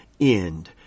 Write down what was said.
end